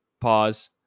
pause